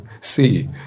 see